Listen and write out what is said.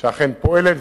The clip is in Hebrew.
שאכן פועלת,